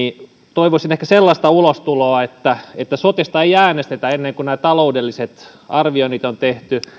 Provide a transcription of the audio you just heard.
toivoisin ehkä sellaista ulostuloa että että sotesta ei äänestetä ennen kuin nämä taloudelliset arvioinnit on tehty